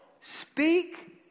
speak